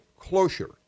Closure